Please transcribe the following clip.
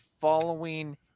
following